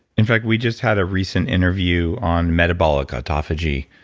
in fact, we just had a recent interview on metabolic autophagy